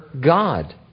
God